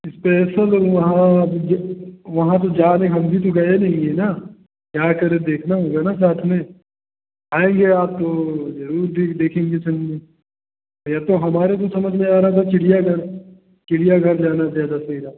special वहां अब ज वहां तो जाने हम भी तो गये नहीं हैं ना जाकर देखना होगा न साथ में आईये आप जरुर द देखेंगे संग में या तो हमारे जो समझ में आ रहा था चिड़ियाघर चिड़ियाघर जाना ज्यादा सही लग